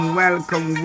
welcome